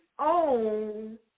own